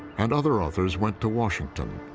and other authors went to washington,